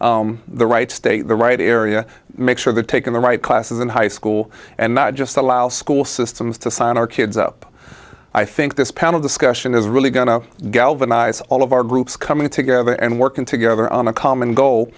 the right stay the right area make sure the taking the right classes in high school and not just allow school systems to sign our kids up i think this panel discussion is really going to galvanize all of our groups coming together and working together on a common goal